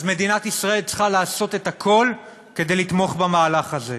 מדינת ישראל צריכה לעשות הכול כדי לתמוך במהלך הזה.